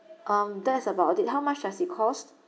um that's about it how much does it cost